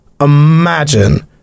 imagine